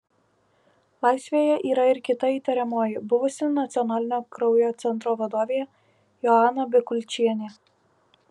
laisvėje yra ir kita įtariamoji buvusi nacionalinio kraujo centro vadovė joana bikulčienė